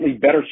better